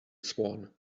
swan